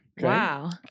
Wow